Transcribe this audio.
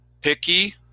picky